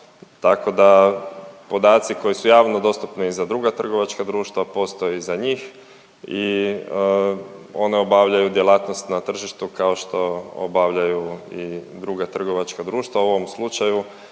tako da, podaci koji su javno dostupna i za druga trgovačka društva, postoje i za njih i one obavljaju djelatnost na tržištu kao što obavljaju i druga trgovačka društva, u ovom slučaju,